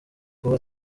kuba